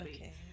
Okay